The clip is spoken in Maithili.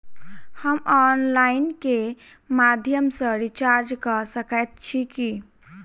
हम ऑनलाइन केँ माध्यम सँ रिचार्ज कऽ सकैत छी की?